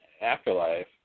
afterlife